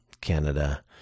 Canada